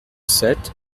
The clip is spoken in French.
sept